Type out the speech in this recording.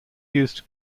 used